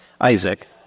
Isaac